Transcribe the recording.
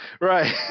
right